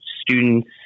students